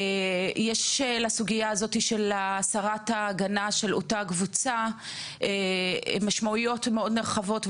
יש לסוגייה הזאת של הסרת ההגנה של אותה קבוצה משמעויות מאוד נרחבות,